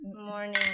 Morning